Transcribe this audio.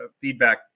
feedback